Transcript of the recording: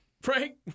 frank